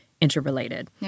interrelated